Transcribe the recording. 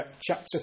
chapter